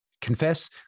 confess